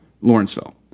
Lawrenceville